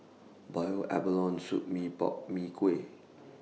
boiled abalone Soup Mee Pok Mee Kuah